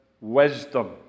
wisdom